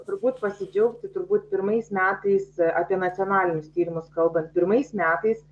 turbūt pasidžiaugti turbūt pirmais metais apie nacionalinius tyrimus kalbant pirmais metais